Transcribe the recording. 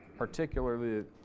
particularly